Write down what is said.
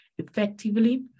effectively